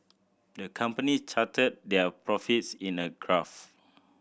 the company charted their profits in a graph